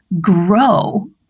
grow